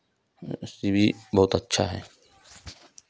Swiggy बहुत अच्छा है